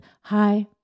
hi